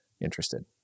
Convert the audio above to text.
interested